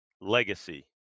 legacy